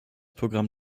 programm